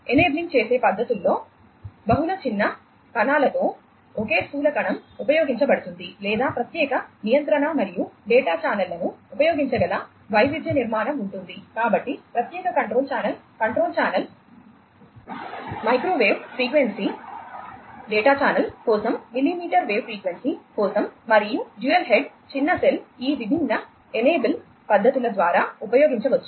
enable కోసం మరియు dual mode చిన్న సెల్ ఈ విభిన్న ఎనేబుల్ పద్ధతుల ద్వారా ఉపయోగించవచ్చు